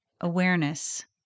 awareness